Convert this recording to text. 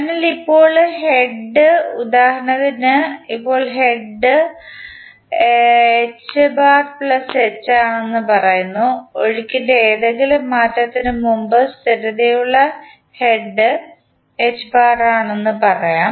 അതിനാൽ ഇപ്പോൾ ഹെഡ് ഉദാഹരണത്തിന് ഇപ്പോൾ ഹെഡ് ആണെന്ന് പറയുന്നു ഒഴുക്കിൻറെ എന്തെങ്കിലും മാറ്റത്തിന് മുമ്പ് സ്ഥിരതയുള്ള ഹെഡ് ആണെന്ന് പറയാം